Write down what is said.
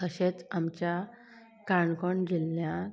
तशेंच आमच्या काणकोण जिल्ल्यांत